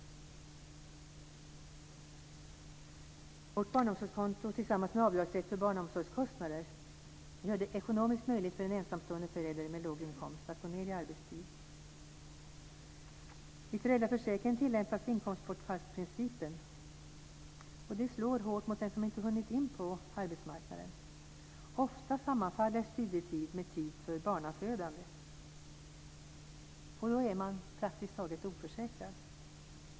Vårt barnomsorgskonto tillsammans med avdragsrätt för barnomsorgskostnader gör det ekonomiskt möjligt för en ensamstående förälder med låg inkomst att gå ned i arbetstid. I föräldraförsäkringen tillämpas inkomstbortfallsprincipen, och det slår hårt mot den som inte hunnit ut på arbetsmarknaden. Ofta sammanfaller studietid med tid för barnafödande, och då är man praktiskt taget oförsäkrad.